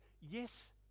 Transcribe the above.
yes